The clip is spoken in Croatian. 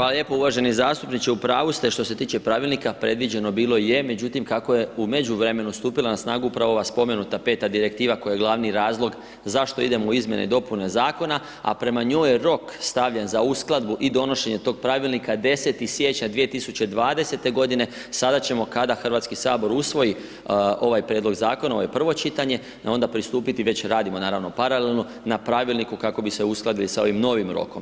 Hvala lijepo uvaženi zastupniče u pravu ste što se tiče pravilnika, predviđeno bilo je međutim kako je u međuvremenu stupila na snagu upravo ova spomenuta 5. Direktiva koja je glavni razlog zašto idemo u izmjene i dopune i zakona, a prema njoj je rok stavljen za uskladbu i donošenje tog pravilnika 10. siječnja 2020. sada ćemo kada Hrvatski sabor usvoji ovaj prijedlog zakona, ovo je prvo čitanje, onda pristupiti, već radimo naravno paralelno, na pravilniku kako bi se uskladili s ovim novim rokom.